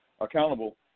accountable